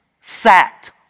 sat